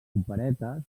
operetes